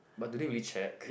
but do they really check